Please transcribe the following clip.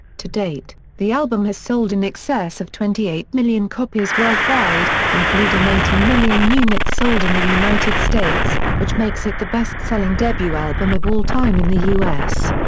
to date, the album has sold in excess of twenty eight million copies worldwide, including eighteen million units sold in the united states, which makes it the best-selling debut album of all time in the u s.